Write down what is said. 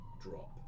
drop